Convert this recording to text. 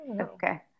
okay